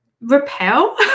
Repel